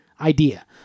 idea